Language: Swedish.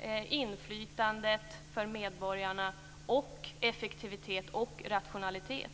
kraven på å ena sidan inflytande för medborgarna, å andra sidan effektivitet och rationalitet.